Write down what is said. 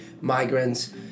migrants